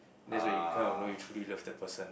that is where you kind of know you truly love the person